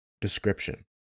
Description